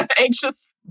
anxious